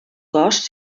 cos